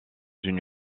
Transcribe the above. une